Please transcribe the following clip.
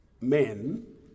men